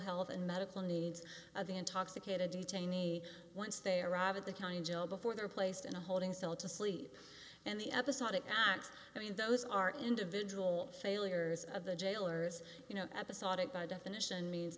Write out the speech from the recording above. health and medical needs of the intoxicated detainee once they arrive at the county jail before they're placed in a holding cell to sleep and the episodic not i mean those are individual failures of the jailer's you know episodic by definition means